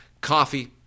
Coffee